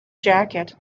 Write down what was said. jacket